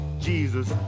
Jesus